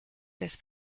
this